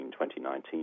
2019